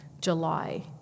July